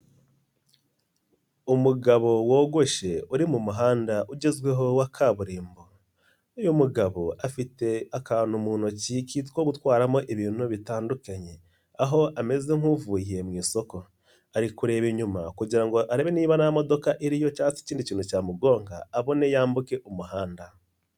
Umugabo wogoshe uri mu muhanda ugezweho wa kaburimbo, uyu mugabo afite akantu mu ntoki ko gutwaramo ibintu bitandukanye aho ameze nk'uvuye mu isoko, ari kureba inyuma kugira ngo arebe niba nta modoka iriyo, cyangwa ikindi kintu cyamugonga abone yambuke umuhanda.